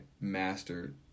mastered